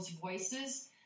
voices